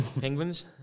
penguins